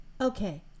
Okay